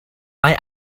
mae